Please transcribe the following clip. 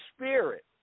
spirit